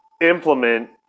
implement